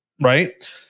right